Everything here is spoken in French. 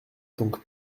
donc